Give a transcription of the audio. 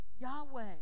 Yahweh